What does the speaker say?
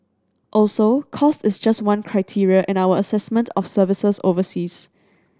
also cost is just one criteria in our assessment of services overseas